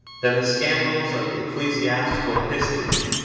than the scandals of ecclesiastical history,